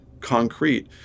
concrete